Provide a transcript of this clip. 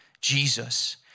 Jesus